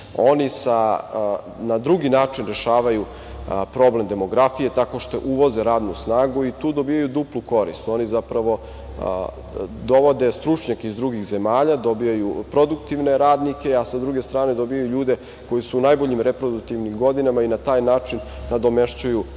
oni na drugi način rešavaju problem demografije, tako što uvoze radnu snagu i tu dobijaju duplu korist. Oni, zapravo, dovode stručnjake iz drugih zemalja, dobijaju produktivne radnike, a sa druge strane dobijaju i ljude koji su u najboljim reproduktivnim godinama i na taj način nadomešćuju